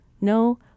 no